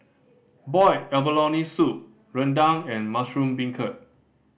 boiled abalone soup rendang and mushroom beancurd